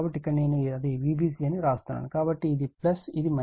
కాబట్టి ఇక్కడ నేను అది Vbc అని వ్రాస్తున్నాను కాబట్టి ఇది ఇది